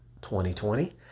2020